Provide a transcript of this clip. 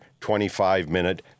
25-minute